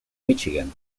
michigan